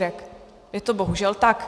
Je to bohužel tak.